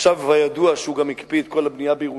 עכשיו כבר ידוע שהוא גם הקפיא את כל הבנייה בירושלים,